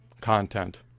content